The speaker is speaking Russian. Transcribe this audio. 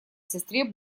сестре